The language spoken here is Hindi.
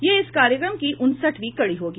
यह इस कार्यक्रम की उनसठवीं कड़ी होगी